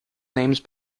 names